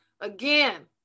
again